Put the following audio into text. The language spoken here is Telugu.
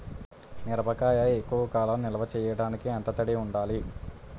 మిరపకాయ ఎక్కువ కాలం నిల్వ చేయటానికి ఎంత తడి ఉండాలి?